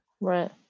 Right